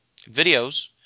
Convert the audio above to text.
videos